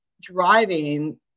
driving